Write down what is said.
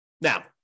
Now